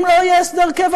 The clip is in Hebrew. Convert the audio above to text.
אם לא יהיה הסדר קבע,